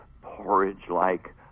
porridge-like